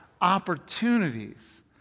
opportunities